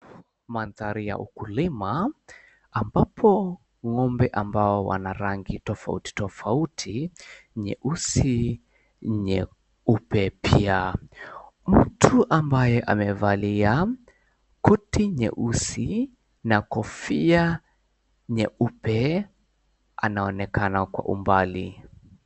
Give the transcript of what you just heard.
Mandhari ya ukulima ambapo ng'ombe ambao wana rangi tofauti tofauti, nyeusi, nyeupe pia. Mtu ambaye amevalia koti nyeusi na kofia nyeupe anaonekana kwa umbali.